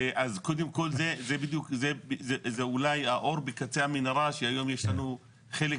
זה אולי האור בקצה המנהרה שהיום יש לנו חלק